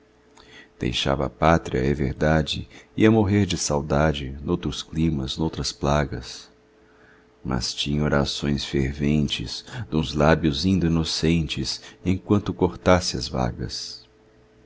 deixava a pátria é verdade ia morrer de saudade noutros climas noutras plagas mas tinha orações ferventes duns lábios inda inocentes enquanto cortasse as vagas